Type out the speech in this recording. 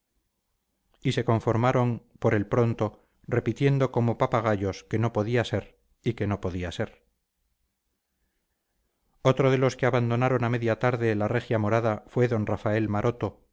y se conformaron por el pronto repitiendo como papagayos que no podía ser y que no podía ser otro de los que abandonaron a media tarde la regia morada fue d rafael maroto